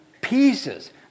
pieces